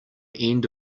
end